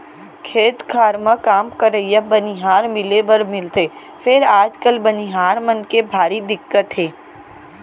खेत खार म काम करइया बनिहार मिले बर मिलथे फेर आजकाल बनिहार मन के भारी दिक्कत हे